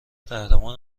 قهرمان